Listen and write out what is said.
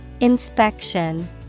Inspection